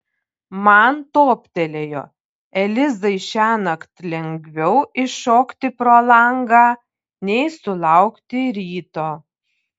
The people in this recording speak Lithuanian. man toptelėjo elizai šiąnakt lengviau iššokti pro langą nei sulaukti ryto